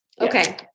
Okay